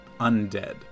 undead